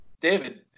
david